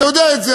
אתה יודע את זה,